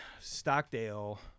Stockdale